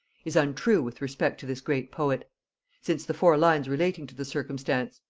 is untrue with respect to this great poet since the four lines relating to the circumstance,